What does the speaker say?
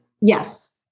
Yes